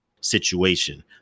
situation